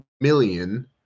million